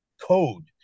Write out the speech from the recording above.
code